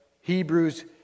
Hebrews